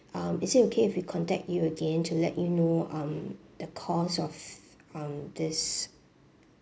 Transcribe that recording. um is it okay if we contact you again to let you know um the cause of um this